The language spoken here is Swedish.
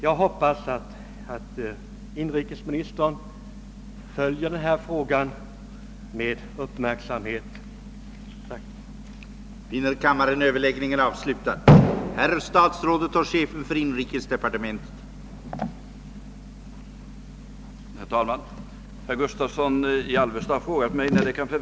Jag hoppas att även inrikesministern kommer att följa denna fråga med uppmärksamhet. Jag ber än en gång att få tacka för svaret.